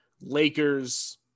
Lakers